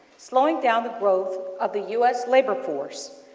slowing down the growth of the u s. labour force,